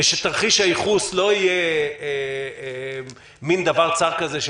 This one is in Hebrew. ושתרחיש הייחוס לא יהיה מין דבר צר כזה של